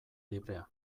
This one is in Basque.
librea